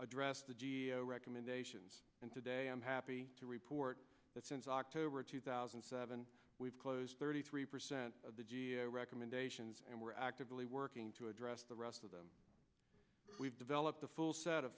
address the g a o recommendations and today i'm happy to report that since october two thousand and seven we've closed thirty three percent of the g a o recommendations and we're actively working to address the rest of them we've developed the full set